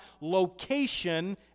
location